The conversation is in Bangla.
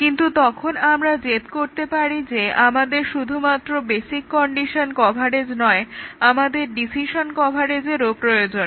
কিন্তু তখন আমরা জেদ করতে পারি যে আমাদের শুধুমাত্র বেসিক কন্ডিশন কভারেজ নয় আমাদের ডিসিশন কভারেজেরও প্রয়োজন